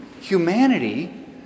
humanity